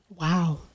wow